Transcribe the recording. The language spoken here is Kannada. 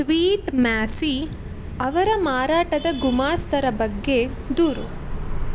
ಟ್ವೀಟ್ ಮ್ಯಾಸಿ ಅವರ ಮಾರಾಟದ ಗುಮಾಸ್ತರ ಬಗ್ಗೆ ದೂರು